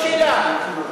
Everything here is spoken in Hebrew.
תן לשאול שאלה.